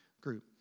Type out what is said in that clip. group